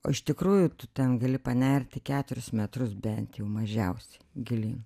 o iš tikrųjų tu ten gali panerti keturis metrus bent jau mažiausiai gilyn